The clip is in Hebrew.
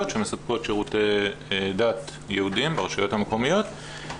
שמספקות שירותי דת יהודים ברשויות המקומיות,